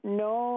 no